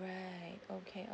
right okay